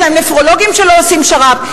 יש בהם נפרולוגים שלא עושים שר"פ,